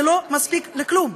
זה לא מספיק לכלום.